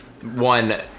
one